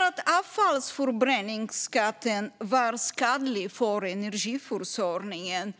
Att avfallsförbränningsskatten var skadlig för energiförsörjningen